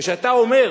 וכשאתה אומר: